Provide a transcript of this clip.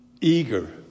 eager